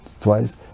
twice